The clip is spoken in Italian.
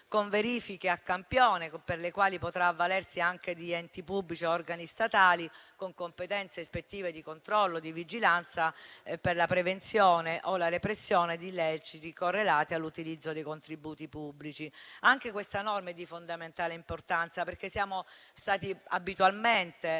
con verifiche a campione, per le quali potrà avvalersi anche di enti pubblici o di organi statali con competenze ispettive di controllo e di vigilanza, per la prevenzione o la repressione di illeciti correlati all'utilizzo dei contributi pubblici. Anche questa norma è di fondamentale importanza, perché siamo stati normalmente